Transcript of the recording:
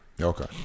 Okay